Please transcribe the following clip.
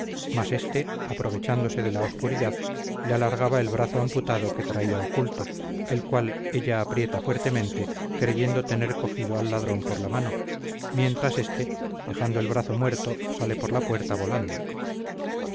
mas éste aprovechándose de la oscuridad le alargaba el brazo amputado que traía oculto el cual ella aprieta fuertemente creyendo tener cogido al ladrón por la mano mientras éste dejando el brazo muerto sale por la puerta volando